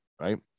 right